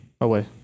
away